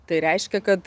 tai reiškia kad